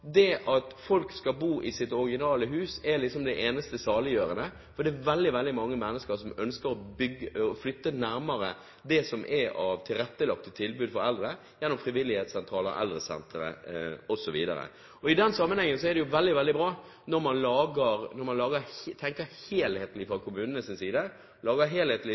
det at folk skal bo i sitt opprinnelige hus, liksom er det eneste saliggjørende, for det er veldig, veldig mange mennesker som ønsker å flytte nærmere det som er av tilrettelagte tilbud for eldre, gjennom frivillighetssentraler, eldresentre osv. I den sammenhengen er det jo veldig, veldig bra når man fra kommunenes side tenker helhetlig, lager